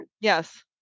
yes